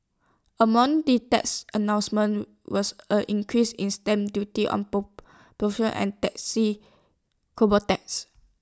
among the tax announcements was A increase in stamp duty on carbon tax